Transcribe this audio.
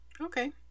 okay